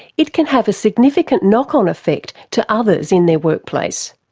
it can have a significant knock-on effect to others in their workplace.